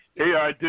AI